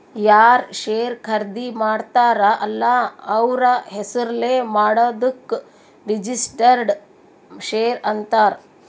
ಯಾರ್ ಶೇರ್ ಖರ್ದಿ ಮಾಡ್ತಾರ ಅಲ್ಲ ಅವ್ರ ಹೆಸುರ್ಲೇ ಮಾಡಾದುಕ್ ರಿಜಿಸ್ಟರ್ಡ್ ಶೇರ್ ಅಂತಾರ್